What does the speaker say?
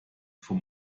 vom